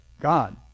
God